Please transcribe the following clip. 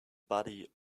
body